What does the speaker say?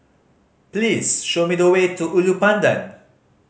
please show me the way to Ulu Pandan